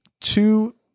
two